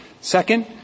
Second